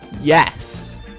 Yes